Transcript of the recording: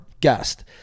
guest